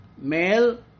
male